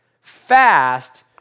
fast